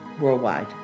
worldwide